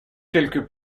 quelque